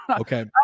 Okay